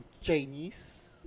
Chinese